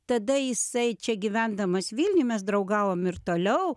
tada jisai čia gyvendamas vilniuj mes draugavom ir toliau